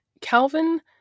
Calvin